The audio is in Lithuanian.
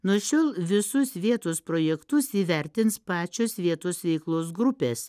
nuo šiol visus vietos projektus įvertins pačios vietos veiklos grupės